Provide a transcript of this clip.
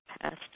past